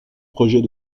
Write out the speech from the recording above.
projet